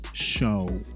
show